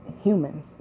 human